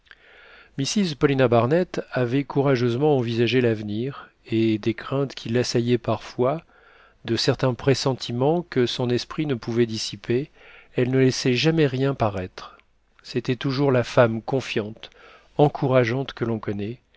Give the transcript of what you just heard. mrs paulina barnett avait courageusement envisagé l'avenir et des craintes qui l'assaillaient parfois de certains pressentiments que son esprit ne pouvait dissiper elle ne laissait jamais rien paraître c'était toujours la femme confiante encourageante que l'on connaît